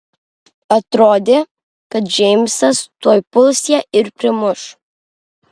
atrodė kad džeimsas tuoj puls ją ir primuš